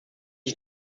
ich